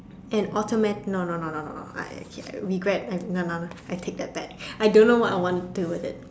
an automate no no no no no I K regret no no no I take that back I don't know what I want to do with it